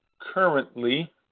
currently